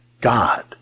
God